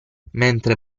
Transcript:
mentre